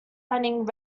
running